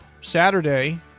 Saturday